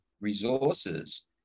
resources